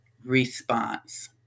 response